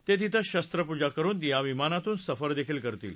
ते तिथं शस्त्रपूजा करुन या विमानातून सफर करतील